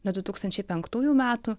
nuo du tūkstančiai penktųjų metų